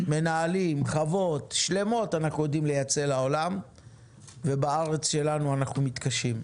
מנהלים לכל העולם אבל בארץ שלנו אנחנו מתקשים.